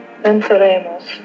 venceremos